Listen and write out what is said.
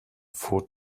for